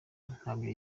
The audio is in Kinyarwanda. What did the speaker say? ntabyo